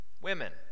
women